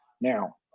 Now